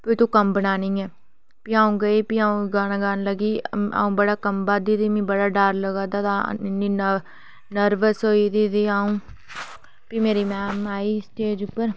फिह् तूं कम्बना नेईं ऐ फ्ही अ'ऊं गेई फ्ही अ'ऊं गाना गान लगी अ'ऊं बड़ा कम्बां दी फ्ही मिगी बड़ा डर लग्गा दा हा मिं इन्ना डर बस इ'यै कि अ'ऊं फ्ही मेरी मैम आई स्टेज उप्पर